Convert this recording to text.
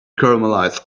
caramelized